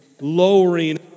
lowering